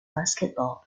basketball